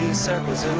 service,